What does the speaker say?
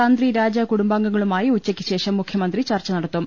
തന്ത്രി രാജ കുടുംബാംഗങ്ങളുമായി ഉച്ചക്കു ശേഷം മുഖ്യമന്ത്രി ചർച്ച നടത്തും